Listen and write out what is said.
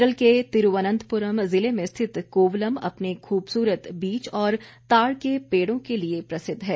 केरल के तिरुवनंतपूरम जिले में रिथत कोवलम अपने खूबसूरत बीच और ताड़ के पेड़ों के लिए प्रसिद्ध है